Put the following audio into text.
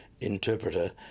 interpreter